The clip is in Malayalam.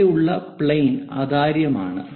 ചുവടെയുള്ള പ്ലെയിൻ അതാര്യവുമാണ്